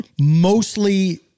mostly